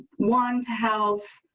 one house.